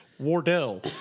wardell